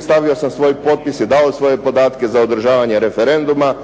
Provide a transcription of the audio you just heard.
stavio sam svoj potpis i dao svoje podatke za održavanje referenduma